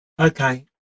Okay